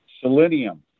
Selenium